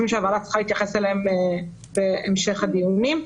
שהוועדה צריכה להתייחס אליו בהמשך הדיונים.